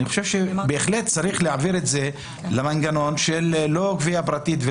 אני חושב שבהחלט צריך להעביר את זה למנגנון לא של גבייה פרטית,